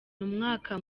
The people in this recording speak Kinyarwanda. umwaka